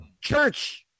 church